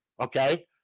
Okay